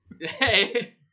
hey